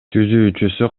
түзүүчүсү